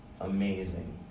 amazing